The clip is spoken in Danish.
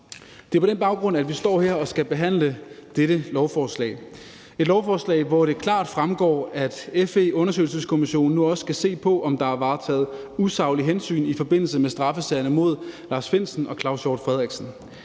Det er på den baggrund, vi står her og skal behandle dette lovforslag. Det er et lovforslag, hvor det er klart fremgår, at FE-undersøgelseskommissionen nu også skal se på, om der er varetaget usaglige hensyn i forbindelse med straffesagerne mod Lars Findsen og Claus Frederiksen.